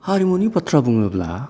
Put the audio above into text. हारिमुनि बाथ्रा बुङोब्ला